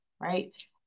right